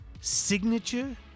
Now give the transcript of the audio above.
signature